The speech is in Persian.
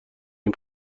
این